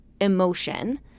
emotion